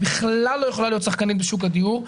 בכלל לא יכולה להיות שחקנית בשוק הדיור,